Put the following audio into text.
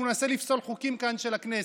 שהוא מנסה לפסול חוקים כאן של הכנסת.